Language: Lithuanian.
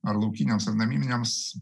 ar laukiniams o naminiams